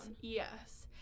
Yes